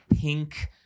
pink